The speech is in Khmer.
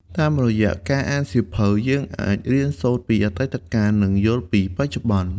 តាមរយៈការអានសៀវភៅ យើងអាច រៀនសូត្រពីអតីតកាល និងយល់ពីបច្ចុប្បន្ន។